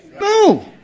No